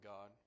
God